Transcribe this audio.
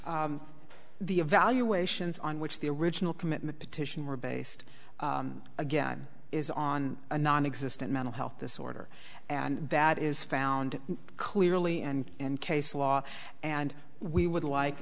the evaluations on which the original commitment petition were based again is on a non existent mental health disorder and that is found clearly and case law and we would like